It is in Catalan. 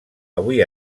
avui